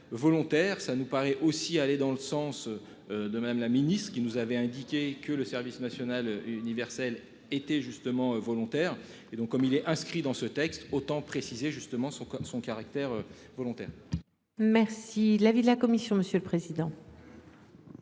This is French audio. ça nous paraît aussi aller dans le sens. De Madame la Ministre qui nous avait indiqué que le service national universel était justement volontaire et donc comme il est inscrit dans ce texte autant préciser justement son comme son caractère. Volontaire. Merci l'avis de la commission, monsieur le président.